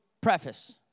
preface